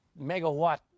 megawatt